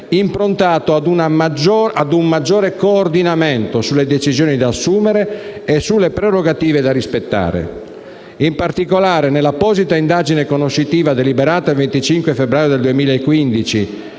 improntato ad un maggior coordinamento sulle decisioni da assumere e sulle prerogative da rispettare. In particolare, nell'apposita indagine conoscitiva, deliberata il 25 febbraio 2015